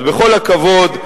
אז בכל הכבוד,